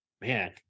man